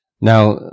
Now